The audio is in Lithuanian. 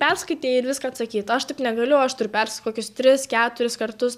perskaitei ir viską atsakyt aš taip negaliu aš turiu perskaityt kokius tris keturis kartus